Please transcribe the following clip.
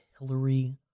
Hillary